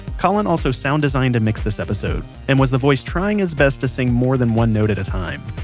colin also sound designed and mixed this episode and was the voice trying his best to sing more than one note at a time.